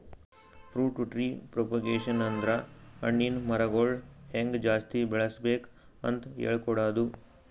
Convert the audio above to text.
fruit tree propagation ಅಂದ್ರ ಹಣ್ಣಿನ್ ಮರಗೊಳ್ ಹೆಂಗ್ ಜಾಸ್ತಿ ಬೆಳಸ್ಬೇಕ್ ಅಂತ್ ಹೇಳ್ಕೊಡದು